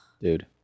Dude